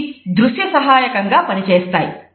ఇవి దృశ్య సహాయకంగా పనిచేస్తాయి